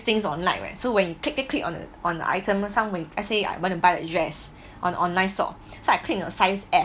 things online right so when you click click on the on the items some way I say I want to buy a dress on online store so I click on size S